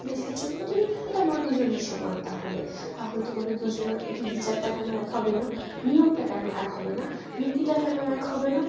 দেশের জন্যে তো তুমি তোমরা দুজনই সমান তাহলে তাহলে তোমাদের দুজনের প্রতি বিচারটা কেন এক হবে না নিয়মটা কেন এক হবে না নীতিটা কেন এক হবে না